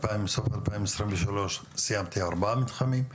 2023 אני אסיים ארבעה מתחמים?